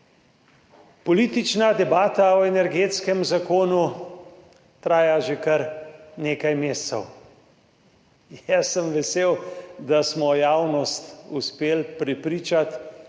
Politična debata o Energetskem zakonu traja že kar nekaj mesecev. Jaz sem vesel, da smo javnost uspeli prepričati